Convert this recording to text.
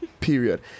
period